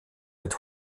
mit